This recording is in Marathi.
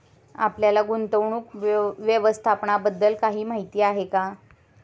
आपल्याला गुंतवणूक व्यवस्थापनाबद्दल काही माहिती आहे का?